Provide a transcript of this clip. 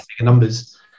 numbers